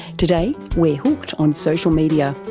today we're hooked on social media.